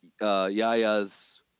Yaya's